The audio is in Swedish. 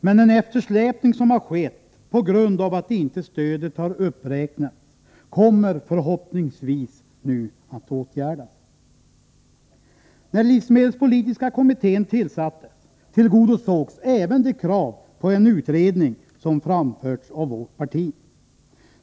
Men den eftersläpning som har skett på grund av att stödet inte har uppräknats kommer förhoppningsvis nu att åtgärdas. När livsmedelspolitiska kommittén tillsattes tillgodosågs även de krav på en utredning som framförts av vårt parti.